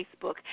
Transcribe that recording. facebook